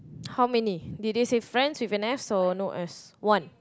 how many did they say friends with an S or no S one